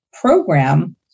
program